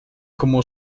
como